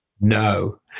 No